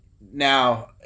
now